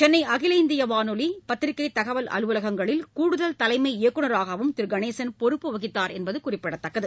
சென்னை அகில இந்திய வானொலி பத்திரிகை தகவல் அலுவலகங்களில் கூடுதல் தலைமை இயக்குநராகவும் திரு கணேசன் பொறுப்பு வகித்தவர் என்பது குறிப்பிடத்தக்கது